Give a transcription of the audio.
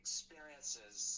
experiences